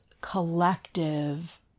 collective